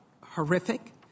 horrific